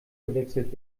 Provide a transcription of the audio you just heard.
gewechselt